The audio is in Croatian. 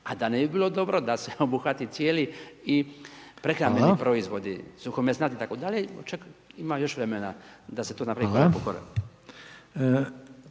A da ne bi bilo dobro, da se obuhvati cijeli i prehrambeni proizvodi, suhomesnati itd., ima još vremena da se to napravi korak po korak.